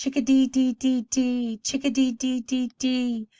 chick-a-dee-dee-dee-dee, chick-a-dee-dee-dee-dee-dee!